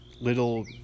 little